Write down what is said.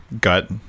gut